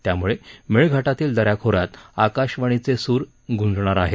त्यामुळे मेळघाटातील दऱ्याखोऱ्यात आकाशवाणीचे सूर गुंजणार आहेत